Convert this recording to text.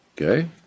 okay